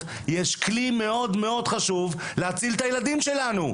יש כלי מאוד מאוד חשוב להציל את הילדים שלנו,